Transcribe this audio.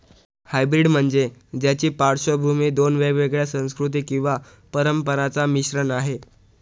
hybrid म्हणजे ज्याची पार्श्वभूमी दोन वेगवेगळ्या संस्कृती किंवा परंपरांचा मिश्रण आहे